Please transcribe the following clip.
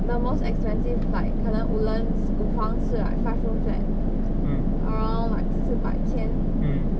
the most expensive like 可能 woodlands 五房四 right five room flat around like 四百千